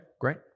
great